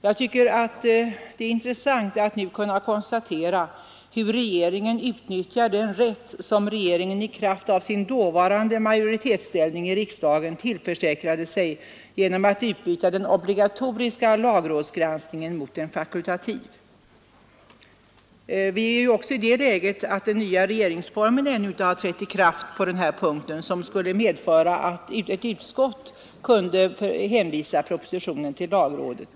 Det är intressant att nu kunna konstatera hur regeringen utnyttjar den rätt som regeringen i kraft av sin dåvarande majoritetsställning i riksdagen tillförsäkrade sig genom att byta ut den obligatoriska lagrådsgranskningen mot en fakultativ. Vi är också i det läget att den nya regeringsformen ännu inte trätt i kraft på denna punkt. Om så hade varit fallet skulle utskottet ha kunnat hänvisa propositionen till lagrådet.